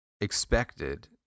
expected